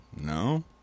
No